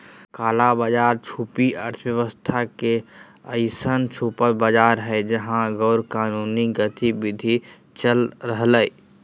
काला बाज़ार छुपी अर्थव्यवस्था के अइसन छुपल बाज़ार हइ जहा गैरकानूनी गतिविधि चल रहलय